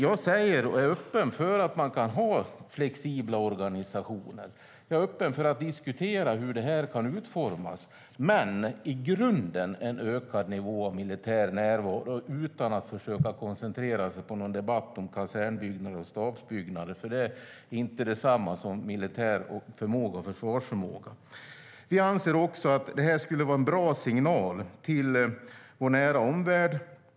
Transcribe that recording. Jag säger, och är öppen för, att man kan ha flexibla organisationer. Jag är öppen för att diskutera hur det kan utformas, men i grunden krävs ökad nivå av militär närvaro utan att koncentrera sig på en debatt om kasernbyggnader och stabsbyggnader. Det är nämligen inte detsamma som militär förmåga och försvarsförmåga. Vi anser också att det skulle vara en bra signal till vår nära omvärld.